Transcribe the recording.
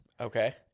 Okay